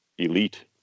Elite